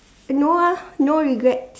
no ah no regrets